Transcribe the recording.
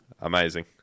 amazing